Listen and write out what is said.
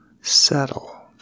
settle